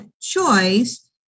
choice